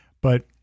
but-